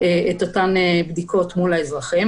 את אותן בדיקות מול האזרחים,